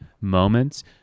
moments